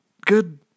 good